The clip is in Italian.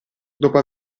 dopo